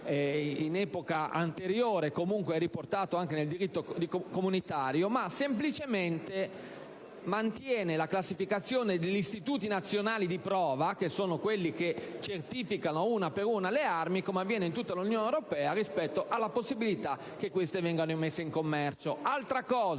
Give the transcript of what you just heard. normativa vigente, riportato anche nel diritto comunitario, e semplicemente mantiene la classificazione degli istituti nazionali di prova, che certificano una per una le armi, come avviene in tutta l'Unione europea, rispetto alla possibilità che queste vengano messe in commercio. Altro